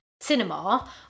cinema